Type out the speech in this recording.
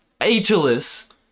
Achilles